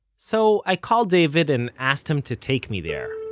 so i called david and asked him to take me there